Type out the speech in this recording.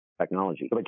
technology